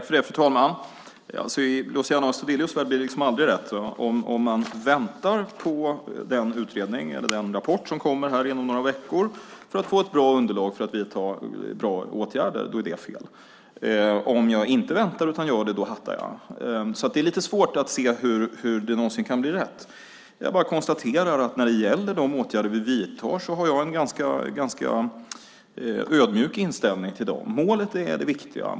Fru talman! I Luciano Astudillos värld blir det liksom aldrig rätt. Om jag väntar på den utredning eller den rapport som kommer inom några veckor för att få ett bra underlag för att kunna vidta bra åtgärder, då är det fel. Om jag inte väntar utan gör något, då hattar jag. Det är alltså lite svårt att se hur det någonsin kan bli rätt. Jag bara konstaterar att jag har en ganska ödmjuk inställning till de åtgärder vi vidtar. Målet är det viktiga.